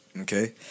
Okay